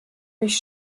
mich